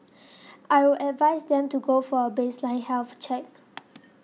I would advise them to go for baseline health check